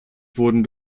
wurden